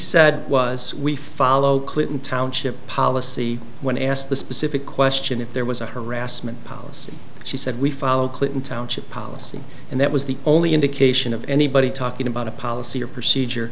said was we followed clinton township policy when asked the specific question if there was a harassment policy she said we followed clinton township policy and that was the only indication of anybody talking about a policy or procedure